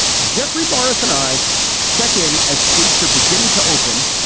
jeffrey morris. and i check in as states are beginning to open.